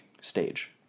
stage